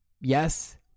yes